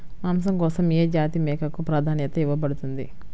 మాంసం కోసం ఏ జాతి మేకకు ప్రాధాన్యత ఇవ్వబడుతుంది?